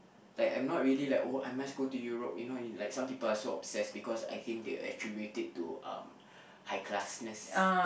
like I'm not really like oh I must go to Europe you know like some people are so obsessed because I think they attribute it to uh high classness